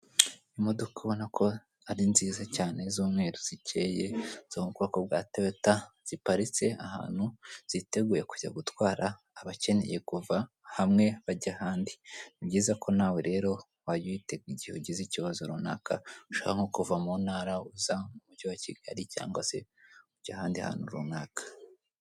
Imodoka ubona ko ari nzira cyane z'umweru zikeye, zo mu bwoko bwa Toyota, ziparitse ahantu, ziteguye kujya gutwara abakeneye kuva hamwe bajya ahandi. Ni byiza ko nawe rero wajya uyitega igihe ugize ikibazo runaka, ushaka nko kuva mu mtara uza mu mugi wa Kigali cyangwa se ujya ahandi hantu runaka.